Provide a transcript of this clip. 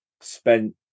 spent